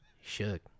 shook